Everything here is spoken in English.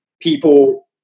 people